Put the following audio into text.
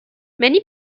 many